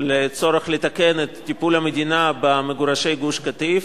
לצורך תיקון טיפול המדינה במגורשי גוש-קטיף.